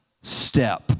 step